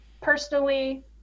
personally